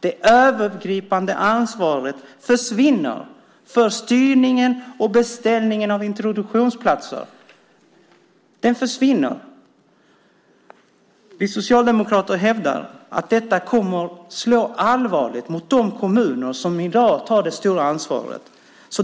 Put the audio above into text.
Det övergripande ansvaret för styrning och beställning av introduktionsplatser försvinner. Den frågan svarade inte Sabuni på. Vi socialdemokrater hävdar att detta kommer att slå allvarligt mot de kommuner som i dag tar ett stort ansvar.